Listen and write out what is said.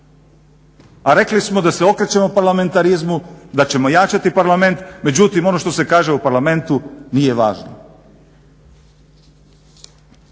A rekli smo da se okrećemo parlamentarizmu, da ćemo ojačati Parlament. Međutim, ono što se kaže u Parlamentu nije važno.